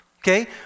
okay